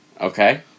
Okay